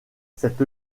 cette